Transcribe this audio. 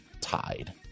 tied